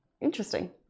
Interesting